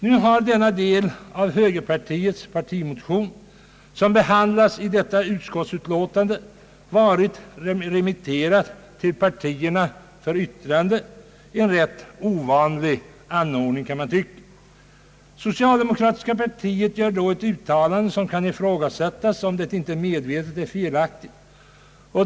Nu har den del av moderata samlingspartiets partimotion som behandlas i detta utskottsutlåtande varit remitterad till partierna för yttrande — en rätt ovanlig anordning. Socialdemokratiska partiet gör då ett uttalande, som man kan ifrågasätta om det inte medvetet är felaktigt.